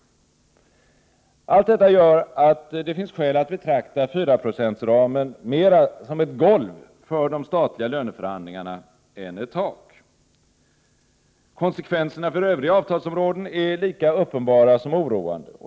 Allt detta gör att det finns skäl att betrakta 4-procentsramen mera som ett golv för de statliga löneförhandlingarna än ett tak. Konsekvenserna för övriga avtalsområden är lika uppenbara som oroande.